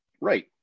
Right